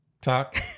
Talk